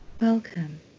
Welcome